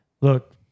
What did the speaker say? look